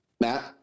Matt